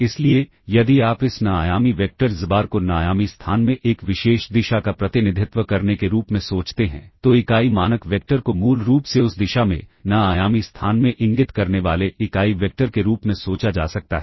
इसलिए यदि आप इस n आयामी वेक्टर xbar को n आयामी स्थान में एक विशेष दिशा का प्रतिनिधित्व करने के रूप में सोचते हैं तो इकाई मानक वेक्टर को मूल रूप से उस दिशा में n आयामी स्थान में इंगित करने वाले इकाई वेक्टर के रूप में सोचा जा सकता है